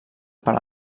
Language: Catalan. per